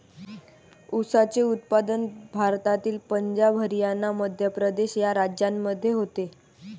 ऊसाचे उत्पादन भारतातील पंजाब हरियाणा मध्य प्रदेश या राज्यांमध्ये होते